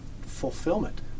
fulfillment